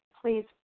please